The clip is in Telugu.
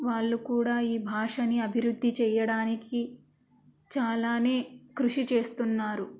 వాళ్ళు కూడా ఈ భాషని అభివృద్ధి చేయడానికి చాలానే కృషి చేస్తున్నారు